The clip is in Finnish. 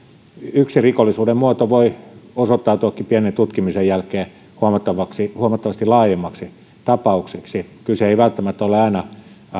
yksi rikollisuuden muoto voi osoittautuakin pienen tutkimisen jälkeen huomattavasti laajemmaksi tapaukseksi kyse ei välttämättä ole aina